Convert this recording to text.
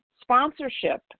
Sponsorship